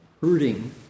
hurting